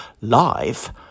live